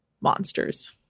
Monsters